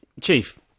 Chief